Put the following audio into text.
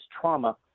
trauma